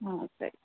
ಹಾಂ ಸರಿ